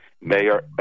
Mayor